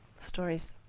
stories